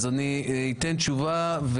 אז אני אתן תשובה.